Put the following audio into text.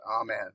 Amen